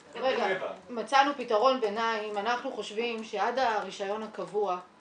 מצאנו פתרון ביניים אנחנו חושבים שעד הרישיון הקבוע,